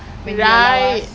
when we are lost